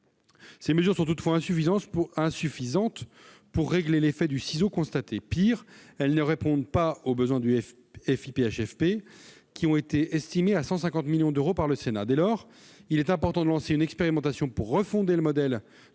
ces dispositions sont insuffisantes pour régler l'effet de ciseaux constaté. Pis, elles ne répondent pas aux besoins du FIPHFP, que le Sénat a estimés à 150 millions d'euros. Dès lors, il est important de lancer une expérimentation pour refonder le modèle